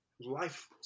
life